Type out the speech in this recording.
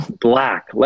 Black